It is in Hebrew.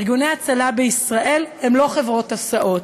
ארגוני ההצלה בישראל הם לא חברות הסעות,